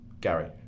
Gary